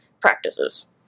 practices